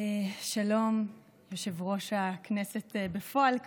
שלום יושב-ראש הכנסת בפועל כרגע,